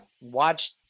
watch